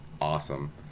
awesome